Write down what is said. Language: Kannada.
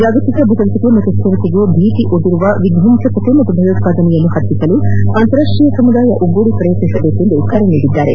ಜಾಗತಿಕ ಭದ್ರತೆಗೆ ಮತ್ತು ಶ್ರಿರತೆಗೆ ಭೀತಿ ಒಡ್ಡಿರುವ ವಿದ್ವಂಸಕತೆ ಮತ್ತು ಭಯೋತ್ಪಾದನೆಯನ್ನು ಪತ್ತಿಕ್ಕಲು ಅಂತಾರಾಷ್ಷೀಯ ಸಮುದಾಯ ಒಗ್ಗೂಡಿ ಪ್ರಯತ್ನಿಸಬೇಕು ಎಂದು ಕರೆ ನೀಡಿದ್ದಾರೆ